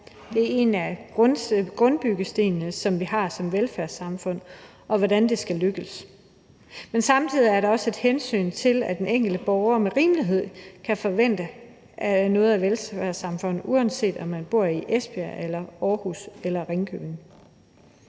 Det er en af grundbyggestenene, som vi har som velfærdssamfund, og der handler det om, hvordan det skal lykkes. Men samtidig er der også et hensyn til, at den enkelte borger med rimelighed kan forvente noget af velfærdssamfundet, uanset om man bor i Esbjerg, Aarhus eller Ringkøbing.